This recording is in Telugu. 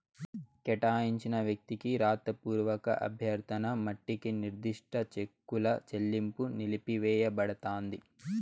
కేటాయించిన వ్యక్తికి రాతపూర్వక అభ్యర్థన మట్టికి నిర్దిష్ట చెక్కుల చెల్లింపు నిలిపివేయబడతాంది